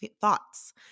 thoughts